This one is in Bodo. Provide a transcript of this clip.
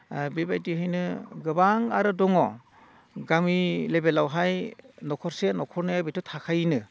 बेबायदिहैनो गोबां आरो दङ गामि लेभेलावहाय न'खरसे न'खरनै बेथ' थाखायोनो